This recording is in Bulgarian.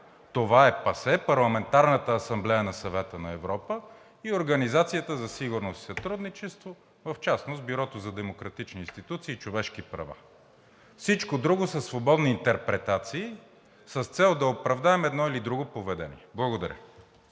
Това е ПАСЕ – Парламентарната асамблея на Съвета на Европа и Организацията за сигурност и сътрудничество, в частност Бюрото за демократични институции и човешки права. Всичко друго са свободни интерпретации с цел да оправдаем едно или друго поведение. Благодаря.